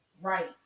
Right